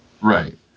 Right